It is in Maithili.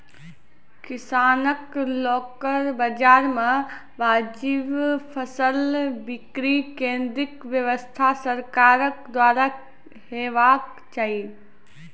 किसानक लोकल बाजार मे वाजिब फसलक बिक्री केन्द्रक व्यवस्था सरकारक द्वारा हेवाक चाही?